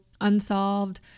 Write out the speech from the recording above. unsolved